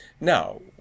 Now